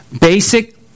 basic